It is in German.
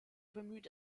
bemüht